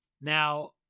now